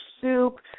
soup